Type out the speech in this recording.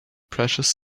precious